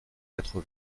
quatre